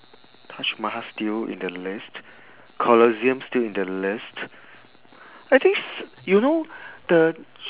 taj mahal still in the list colosseum still in the list I think s~ you know the